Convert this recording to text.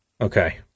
Okay